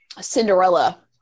Cinderella